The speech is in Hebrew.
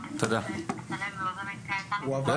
לא העברתי כי אין